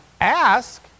ask